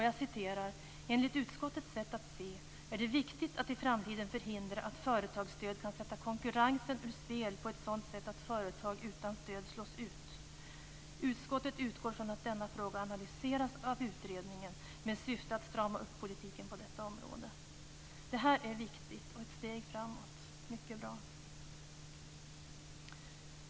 Jag citerar: "Enligt utskottets sätt att se är det viktigt att i framtiden förhindra att företagsstöd kan sätta konkurrensen ur spel på ett sådant sätt att företag utan stöd slås ut. Utskottet utgår från att denna fråga analyseras av utredningen med syfte att strama upp politiken på detta område." Det här är viktigt och ett steg framåt. Det är mycket bra.